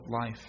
life